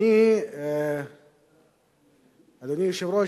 אדוני היושב-ראש,